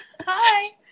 Hi